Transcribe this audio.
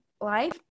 life